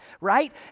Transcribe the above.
right